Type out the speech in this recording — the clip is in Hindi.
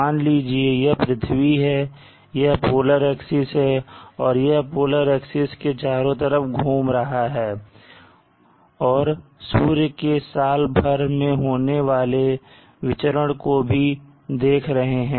मान लीजिए यह पृथ्वी है यह पोलर एक्सिस है और यह पोलर एक्सप्रेस के चारों तरफ घूम रहा है और सूर्य के साल भर में होने वाले विचरण को भी देख रहे हैं